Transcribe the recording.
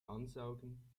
ansaugen